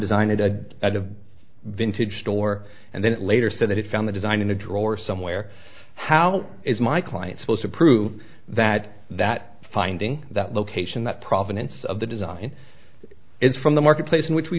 design of dead at a vintage store and then later said that it found the design in a drawer somewhere how is my client supposed to prove that that finding that location that provenance of the design is from the marketplace in which we